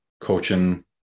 coaching